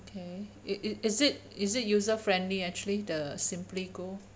okay it it is it is it user friendly actually the simply go